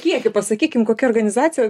kiekiu pasakykim kokia organizacija